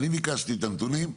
אני ביקשתי את הנתונים,